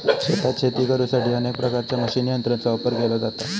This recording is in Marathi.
शेतात शेती करुसाठी अनेक प्रकारच्या मशीन यंत्रांचो वापर केलो जाता